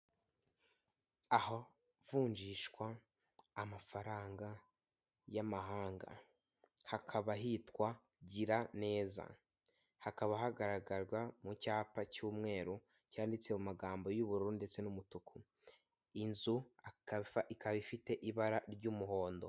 Ahavunjishwa amafaranga y'amahanga, hakaba hitwa gira neza, hakaba hagaragara mu cyapa cy'umweru cyanditse mu magambo y'ubururu ndetse n'umutuku, inzu ikaba ifite ibara ry'umuhondo.